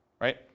right